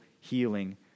healing